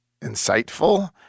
insightful